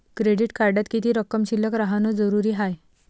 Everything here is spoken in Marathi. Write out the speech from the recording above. क्रेडिट कार्डात किती रक्कम शिल्लक राहानं जरुरी हाय?